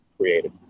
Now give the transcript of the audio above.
created